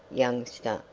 youngster,